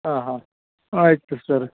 ಹಾಂ ಹಾಂ ಆಯಿತು ಸರ್